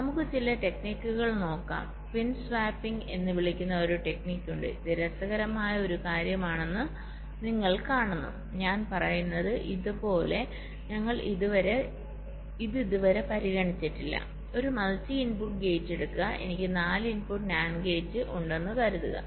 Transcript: നമുക്ക് ചില ടെക്നിക്കുകൾ നോക്കാം പിൻ സ്വാപ്പിംഗ് pin swappingഎന്ന് വിളിക്കുന്ന ഒരു ടെക്നിക്കുണ്ട് ഇത് രസകരമായ ഒരു കാര്യമാണെന്ന് നിങ്ങൾ കാണുന്നു ഞാൻ പറയുന്നത് ഇതുപോലെ ഞങ്ങൾ ഇത് ഇതുവരെ പരിഗണിച്ചിട്ടില്ല ഒരു മൾട്ടി ഇൻപുട്ട് ഗേറ്റ് എടുക്കുക എനിക്ക് 4 ഇൻപുട്ട് NAND ഗേറ്റ് ഉണ്ടെന്ന് കരുതുക